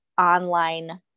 online